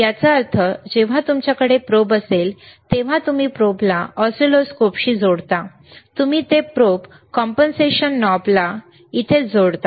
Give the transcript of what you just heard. याचा अर्थ जेव्हा तुमच्याकडे प्रोब असेल तेव्हा तुम्ही प्रोबला ऑसिलोस्कोपशी जोडता तुम्ही ते प्रोब कॉम्पेन्सेशन नॉबला इथेच जोडता